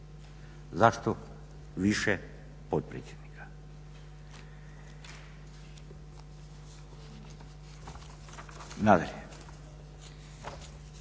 Zašto više potpredsjednika.